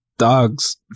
Dogs